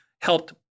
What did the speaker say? helped